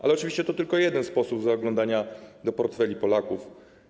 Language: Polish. Ale oczywiście to tylko jeden sposób zaglądania do portfeli Polaków.